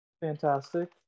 fantastic